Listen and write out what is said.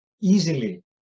easily